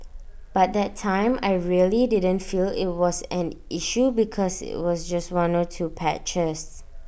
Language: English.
but that time I really didn't feel IT was an issue because IT was just one or two patches